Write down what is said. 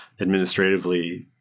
administratively